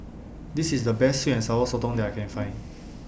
This IS The Best Sweet and Sour Sotong that I Can Find